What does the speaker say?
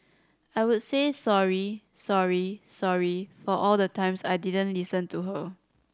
I would say sorry sorry sorry for all the times I didn't listen to her